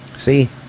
See